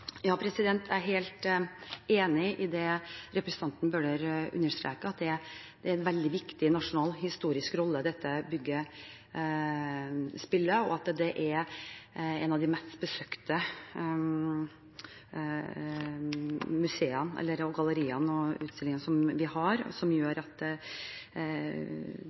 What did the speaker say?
Jeg er helt enig i det representanten Bøhler understreker, at dette bygget spiller en veldig viktig nasjonalhistorisk rolle, og at det er et av de mest besøkte galleriene vi har, som gjør at det er veldig viktig – ikke bare for hovedstaden, men for hele landet – hvordan vi forvalter det og